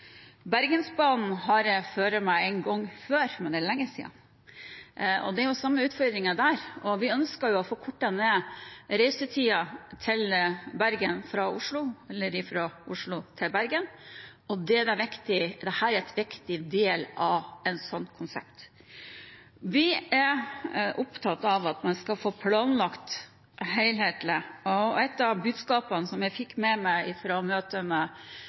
Bergensbanen har jeg reist med en gang før, men det er lenge siden. Det er den samme utfordringen der, og vi ønsker å få kortet ned reisetiden til Bergen fra Oslo, eller fra Oslo til Bergen, og dette er en viktig del av et slikt konsept. Vi er opptatt av at man skal få planlagt helhetlig. Et av budskapene som jeg fikk med meg fra møtet med